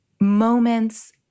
moments